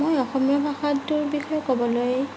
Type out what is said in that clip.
মই অসমীয়া ভাষাটোৰ বিষয়ে ক'বলৈ